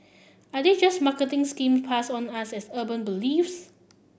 are they just marketing scheme passed on as urban beliefs